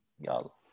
Y'all